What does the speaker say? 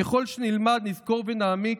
ככל שנלמד, נזכור ונעמיק,